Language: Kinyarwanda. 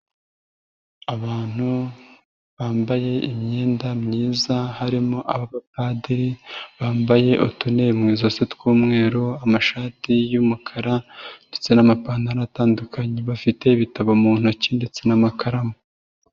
Abantu bambaye imyenda myiza harimo abapadiri bambaye utu ne mu ijosi tw'umweru, amashati y'umukara ndetse n'amapantaro atandukanye, bafite ibitabo mu ntoki ndetse n'amakaramu.